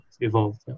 evolved